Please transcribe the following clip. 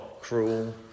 cruel